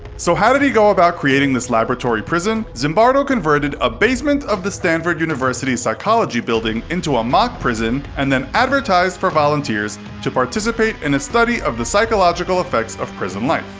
so how did he go about creating this laboratory prison? zimbardo converted a basement of the stanford university psychology building into a mock prison and then advertised for volunteers to participate in a study of the psychological effects of prison life.